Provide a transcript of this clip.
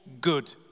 good